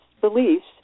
beliefs